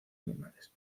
animales